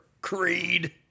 Creed